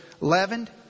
leavened